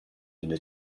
into